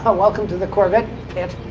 ah welcome to the corvette pit.